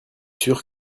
sûr